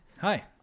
Hi